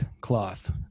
cloth